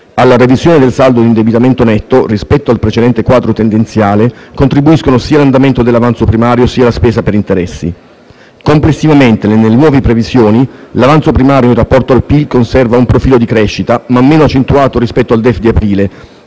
Alla revisione del saldo di indebitamento netto, rispetto al precedente quadro tendenziale, contribuiscono sia l'andamento dell'avanzo primario sia la spesa per interessi. Complessivamente, nelle nuove previsioni, l'avanzo primario in rapporto al PIL conserva un profilo di crescita, ma meno accentuato rispetto al DEF di aprile,